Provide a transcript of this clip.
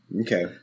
Okay